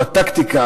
הוא הטקטיקה.